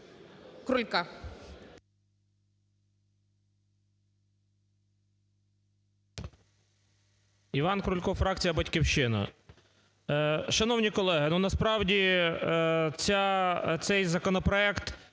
І.І. Іван Крулько, фракція "Батьківщина". Шановні колеги, ну насправді, цей законопроект,